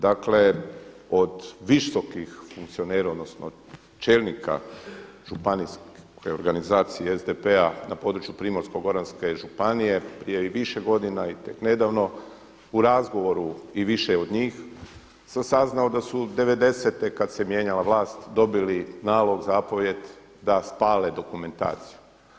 Dakle od visokih funkcionera odnosno čelnika županijske organizacije SDP-a na području Primorsko-goranske županije prije i više godina i tek nedavno u razgovoru i više od njih sam saznao da su '90.-te kada se mijenjala vlast dobili nalog, zapovijed da spale dokumentaciju.